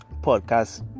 podcast